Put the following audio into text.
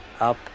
up